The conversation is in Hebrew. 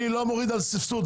אני לא מוריד על סבסוד.